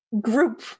group